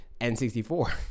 n64